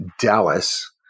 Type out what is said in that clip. Dallas